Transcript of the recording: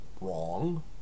Wrong